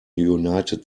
united